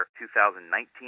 2019